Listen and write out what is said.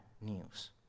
news